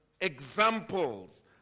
examples